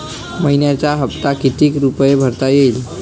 मइन्याचा हप्ता कितीक रुपये भरता येईल?